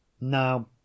Now